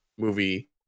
movie